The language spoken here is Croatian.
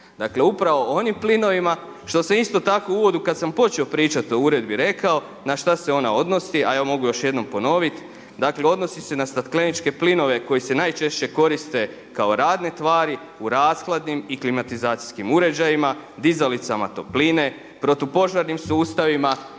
dakle upravo o onim plinovima što se isto tako u uvodu kada sam počeo pričati o uredbi rekao na šta se ona odnosi. A evo mogu još jednom ponoviti, dakle odnosi se na stakleničke plinove koji se najčešće koriste kao radne tvari u rashladnim i klimatizacijskim uređajima, dizalicama topline, protupožarnim sustavima